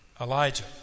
Elijah